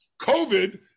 COVID